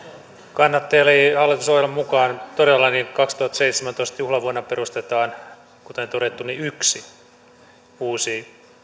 kannattaja eli hallitusohjelman mukaan todella kaksituhattaseitsemäntoista juhlavuonna perustetaan kuten todettu yksi uusi